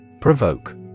Provoke